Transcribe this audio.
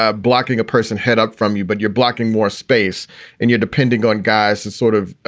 ah blocking a person head up from you, but you're blocking more space and you're depending on guys to sort of,